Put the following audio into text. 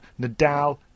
Nadal